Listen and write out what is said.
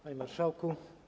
Panie Marszałku!